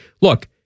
Look